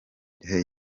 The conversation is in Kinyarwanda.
gihe